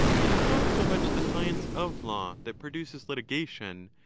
it is not so much the science of law that produces litigation,